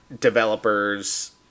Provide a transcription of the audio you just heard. developers